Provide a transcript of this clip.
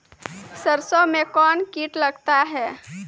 सरसों मे कौन कीट लगता हैं?